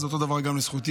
אז אותו דבר גם לזכותי,